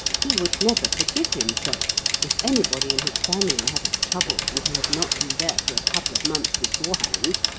he would never forgive himself if anybody in his family had a trouble and he had not been there for a couple of months beforehand,